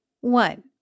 One